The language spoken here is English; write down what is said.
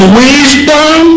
wisdom